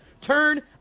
Turn